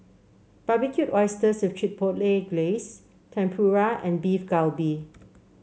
Barbecued Oysters with Chipotle Glaze Tempura and Beef Galbi